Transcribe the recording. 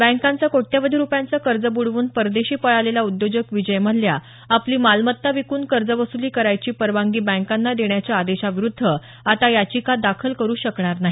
बँकांचं कोट्यवधी रुपयांचं कर्ज बुडवून परदेशी पळालेला उद्योजक विजय मल्ल्या आपली मालमत्ता विकून कर्जवसुली करायची परवानगी बँकांना देण्याच्या आदेशाविरुद्ध आता याचिका दाखल करु शकणार नाही